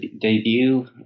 debut